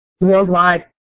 Worldwide